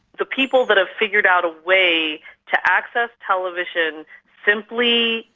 the people that have figured out a way to access television simply,